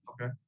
Okay